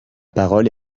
parole